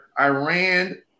Iran